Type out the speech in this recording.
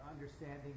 understanding